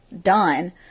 done